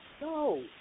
No